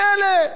מה לעשות,